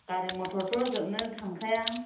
गारि मथरथ' जोबनो थांखाया